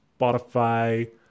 spotify